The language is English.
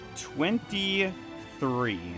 Twenty-three